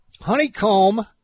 Honeycomb